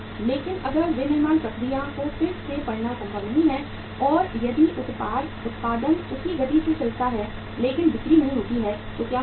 लेकिन अगर विनिर्माण प्रक्रिया को फिर से पढ़ना संभव नहीं है और यदि उत्पादन उसी गति से चलता है लेकिन बिक्री नहीं होती है तो क्या होता है